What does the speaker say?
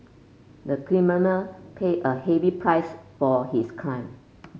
the criminal paid a heavy price for his crime